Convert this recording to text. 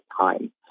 time